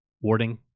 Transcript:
warding